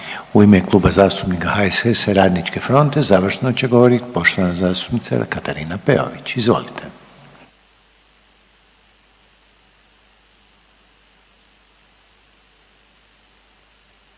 U ime Kluba zastupnika HSS-a i Radničke fronte završno će govoriti poštovana zastupnica Katarina Peović, izvolite.